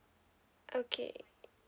okay